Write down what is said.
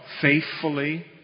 faithfully